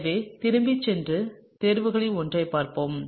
எனவே திரும்பிச் சென்று தேர்வுகளில் ஒன்றைப் பார்ப்போம்